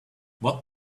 what